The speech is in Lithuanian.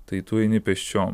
tai tu eini pėsčiom